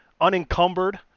unencumbered